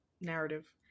narrative